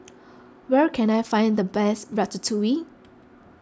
where can I find the best Ratatouille